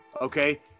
okay